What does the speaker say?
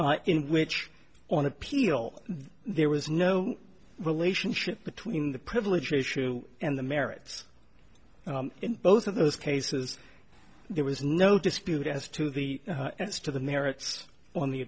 in which on appeal there was no relationship between the privilege issue and the merits in both of those cases there was no dispute as to the as to the merits on the